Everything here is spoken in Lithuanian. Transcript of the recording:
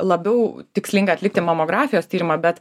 labiau tikslinga atlikti mamografijos tyrimą bet